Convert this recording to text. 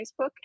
Facebook